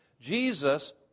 Jesus